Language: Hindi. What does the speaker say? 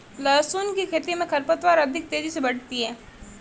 लहसुन की खेती मे खरपतवार अधिक तेजी से बढ़ती है